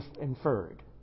inferred